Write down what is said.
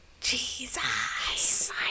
Jesus